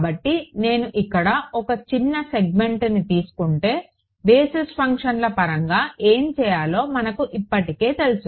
కాబట్టి నేను ఇక్కడ ఒక చిన్న సెగ్మెంట్ని తీసుకుంటే బేసిస్ ఫంక్షన్ల పరంగా ఏమి చేయాలో మనకు ఇప్పటికే తెలుసు